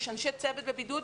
יש אנשי צוות בבידוד,